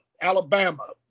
Alabama